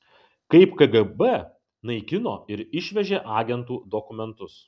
kaip kgb naikino ir išvežė agentų dokumentus